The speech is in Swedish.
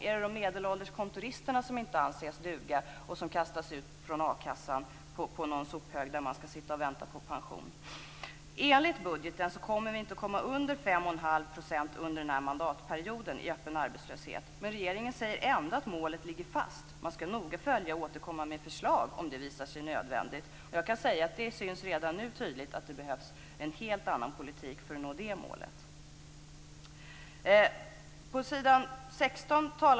Är det de medelsålders kontoristerna som inte anses duga och som kastas ut från a-kassan på någon sophög där de skall sitta och vänta på pension? Enligt budgeten kommer vi inte att komma under 5 1⁄2 % i öppen arbetslöshet under den här mandatperioden. Men regeringen säger ändå att målet ligger fast. Man skall noga följa detta och återkomma med förslag om det visar sig nödvändigt. Jag kan säga att det redan nu tydligt syns att det behövs en helt annan politik för att nå detta mål.